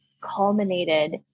culminated